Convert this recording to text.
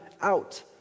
out